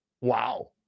wow